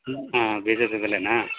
ಹಾಂ ಬೀಜದ ಬೆಲೆನಾ